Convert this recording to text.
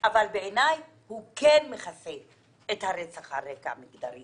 בעיני הוא כן מכסה את הרצח על הרקע המגדרי